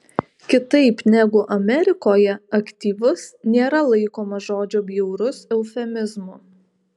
kitaip negu amerikoje aktyvus nėra laikomas žodžio bjaurus eufemizmu